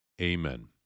Amen